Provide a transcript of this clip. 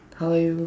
how are you